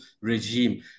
regime